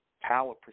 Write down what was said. Power